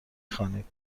خوانید